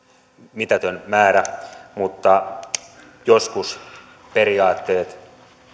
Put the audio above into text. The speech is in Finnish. mitätön määrä joskus periaatteet